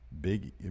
big